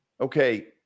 Okay